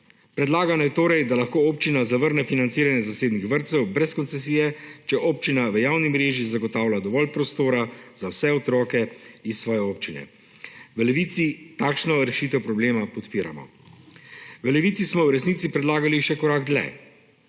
Predlagano je torej, da lahko občina zavrne financiranje zasebnih vrtcev brez koncesije, če občina v javni mreži zagotavlja dovolj prostora za vse otroke iz svoje občine. V Levici takšno rešitev problema podpiramo. V Levici smo v resnici predlagali še korak dlje.